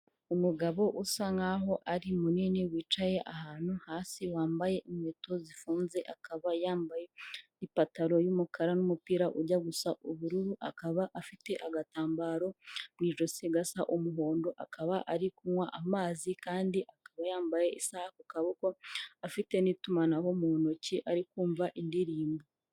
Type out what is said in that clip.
Umugabo usa nkaho ari munini wicaye ahantu hasi wambaye inkweto zifunze akaba yambaye, ipantaro y'umukara n'umupira ujya gusa ubururu, akaba afite agatambaro mu ijosi gasa umuhondo, akaba ari kunywa amazi kandi akaba yambaye isaha ku kaboko, afite n'itumanaho mu ntoki ari kumva indirimbo.